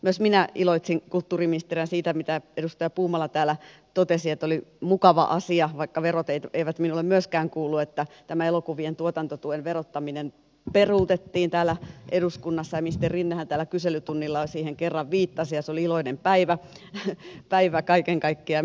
myös minä iloitsin kulttuuriministerinä siitä mitä edustaja puumala täällä totesi että oli mukava asia vaikka verot eivät minulle myöskään kuulu että tämä elokuvien tuotantotuen verottaminen peruutettiin täällä eduskunnassa ja ministeri rinnehän täällä kyselytunnilla siihen kerran viittasi ja se oli iloinen päivä kaiken kaikkiaan